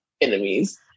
enemies